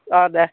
অঁ দে